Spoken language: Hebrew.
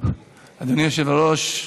אדוני היושב-ראש,